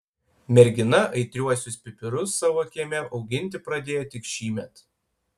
mergina aitriuosius pipirus savo kieme auginti pradėjo tik šįmet